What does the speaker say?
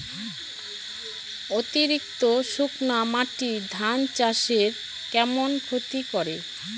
অতিরিক্ত শুকনা মাটি ধান চাষের কেমন ক্ষতি করে?